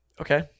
okay